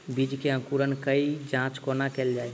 बीज केँ अंकुरण केँ जाँच कोना केल जाइ?